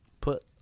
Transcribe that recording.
put –